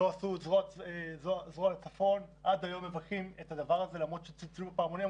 לא עשו זרוע הצפון ועד היום מבכים את הדבר הזה למרות שצלצלו פעמונים.